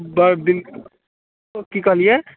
बड़ दिनके बाद कि कहलिए